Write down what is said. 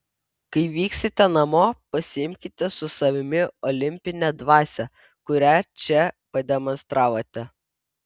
kai vyksite namo pasiimkite su savimi olimpinę dvasią kurią čia pademonstravote